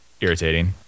irritating